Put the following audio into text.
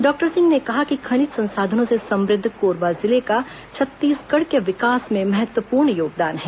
doctor Singh ने कहा कि खनिज संसाधनों से समृद्ध कोरबा जिले का छत्तीसगढ़ के विकास में महत्वपूर्ण योगदान है